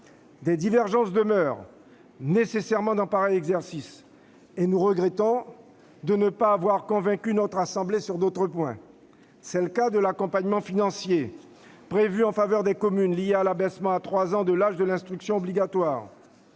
Des divergences demeurent nécessairement dans pareil exercice et nous regrettons de ne pas avoir convaincu notre assemblée sur d'autres points. C'est le cas de l'accompagnement financier prévu en faveur des communes lié à l'abaissement de l'âge de l'instruction obligatoire